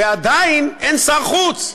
ועדיין אין שר חוץ,